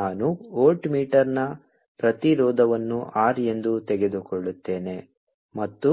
ನಾನು ವೋಲ್ಟ್ ಮೀಟರ್ನ ಪ್ರತಿರೋಧವನ್ನು R ಎಂದು ತೆಗೆದುಕೊಳ್ಳುತ್ತೇನೆ ಮತ್ತು